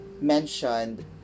mentioned